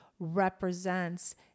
represents